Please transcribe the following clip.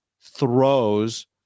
throws